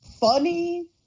Funny